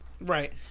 Right